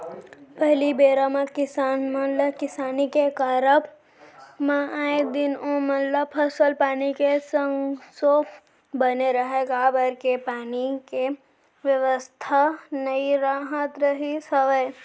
पहिली बेरा म किसान मन ल किसानी के करब म आए दिन ओमन ल फसल पानी के संसो बने रहय काबर के पानी के बेवस्था नइ राहत रिहिस हवय